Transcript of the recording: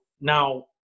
now